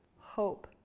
hope